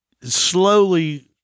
slowly